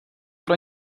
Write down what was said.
pro